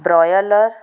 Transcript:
broiler